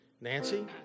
Nancy